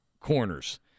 corners